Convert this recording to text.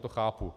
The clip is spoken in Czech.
To chápu.